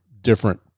different